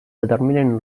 determinen